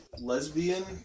Lesbian